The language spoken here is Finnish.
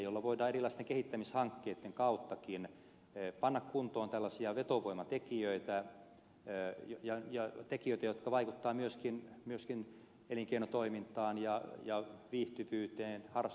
joilla voidaan erilaisten kehittämishankkeitten kauttakin panna kuntoon tällaisia vetovoimatekijöitä ja tekijöitä jotka vaikuttavat myöskin elinkeinotoimintaan ja viihtyvyyteen harrastustoimintaan